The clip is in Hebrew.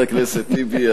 חבר הכנסת טיבי,